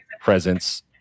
presence